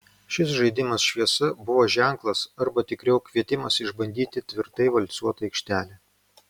šis žaidimas šviesa buvo ženklas arba tikriau kvietimas išbandyti tvirtai valcuotą aikštelę